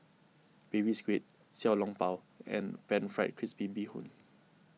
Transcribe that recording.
Baby Squid Xiao Long Bao and Pan Fried Crispy Bee Hoon